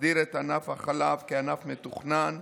מסדיר את ענף החלב כענף מתוכנן,